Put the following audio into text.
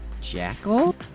Jackal